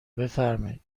بفرمایین